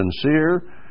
sincere